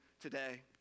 today